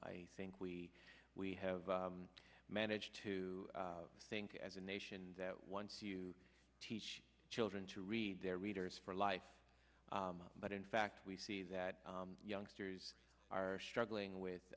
i think we we have i managed to think as a nation that once you teach children to read their readers for life but in fact we see that youngsters are struggling with